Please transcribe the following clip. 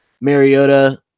Mariota